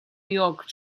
york